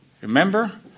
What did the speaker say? Remember